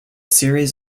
series